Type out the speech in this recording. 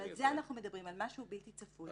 על זה אנחנו מדברים על משהו בלתי צפוי.